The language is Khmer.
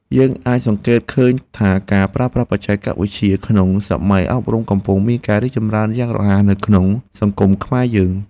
យើងអាចសង្កេតឃើញថាការប្រើប្រាស់បច្ចេកវិទ្យាក្នុងវិស័យអប់រំកំពុងមានការរីកចម្រើនយ៉ាងរហ័សនៅក្នុងសង្គមខ្មែរយើង។